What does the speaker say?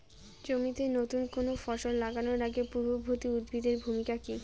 জমিতে নুতন কোনো ফসল লাগানোর আগে পূর্ববর্তী উদ্ভিদ এর ভূমিকা কি?